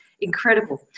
incredible